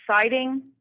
exciting